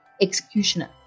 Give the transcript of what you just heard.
executioner